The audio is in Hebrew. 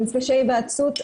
במפגשי התייעצות,